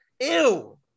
Ew